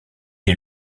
est